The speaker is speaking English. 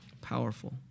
Powerful